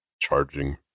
charging